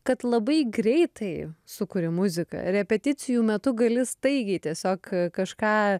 kad labai greitai sukuri muziką repeticijų metu gali staigiai tiesiog kažką